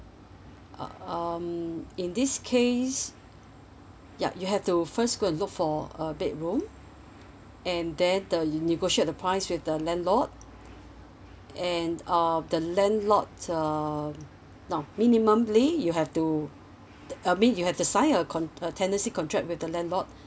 uh um in this case yup you have to first and look for a bedroom and then uh you negotiate the price with the landlord and uh the landlord um now minimally you have to I mean you have the sign a con~ a tenancy contract with the landlord